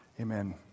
Amen